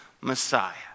Messiah